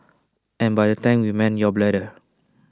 and by tank we mean your bladder